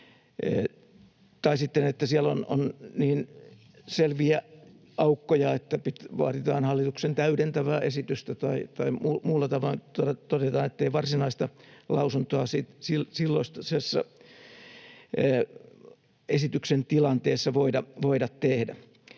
tai sitten että siellä on niin selviä aukkoja, että vaaditaan hallituksen täydentävää esitystä tai muulla tavoin todetaan, ettei varsinaista lausuntoa silloisessa esityksen tilanteessa voida tehdä.